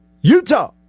Utah